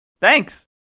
thanks